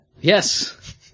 Yes